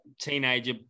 teenager